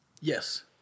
Yes